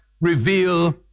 reveal